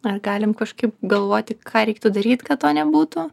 ar galim kažkaip galvoti ką reiktų daryt kad to nebūtų